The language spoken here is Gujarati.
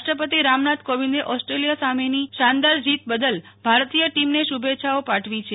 રાષ્ટ્રપતિ રામનાથ કોવિન્દે ઓસ્ટ્રેલિયા સામેની શાનદાર જીત બદલ ભારતીય ટીમને શુભેચ્છાઓ પાઠવી છે